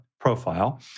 profile